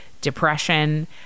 depression